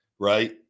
Right